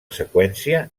seqüència